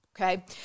Okay